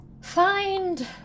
find